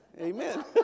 Amen